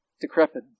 decrepit